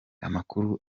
amakuru